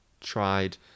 Tried